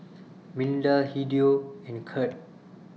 Milda Hideo and Kirt